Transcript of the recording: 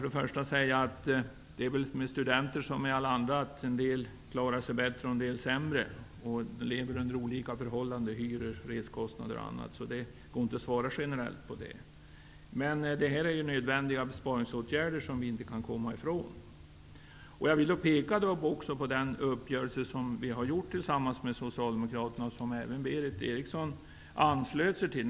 Det är säkerligen med studenter som med alla andra, en del klarar sig bättre, en del sämre. Alla lever under olika förhållanden med tanke på hyror, reskostnader, m.m. Det går inte att svara generellt på den frågan. Men det här är nödvändiga besparingar som vi inte kan komma ifrån. Jag vill också peka på den uppgörelse som vi tillsammans med Socialdemokraterna har gjort och som även Berith Eriksson anslöt sig till.